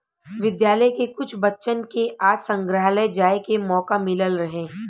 विद्यालय के कुछ बच्चन के आज संग्रहालय जाए के मोका मिलल रहे